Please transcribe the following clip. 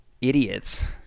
idiots